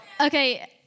Okay